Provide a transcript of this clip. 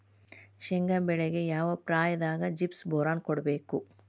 ಶೇಂಗಾ ಬೆಳೆಗೆ ಯಾವ ಪ್ರಾಯದಾಗ ಜಿಪ್ಸಂ ಬೋರಾನ್ ಕೊಡಬೇಕು?